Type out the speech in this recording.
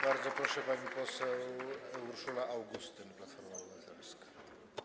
Bardzo proszę, pani poseł Urszula Augustyn, Platforma Obywatelska.